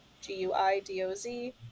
G-U-I-D-O-Z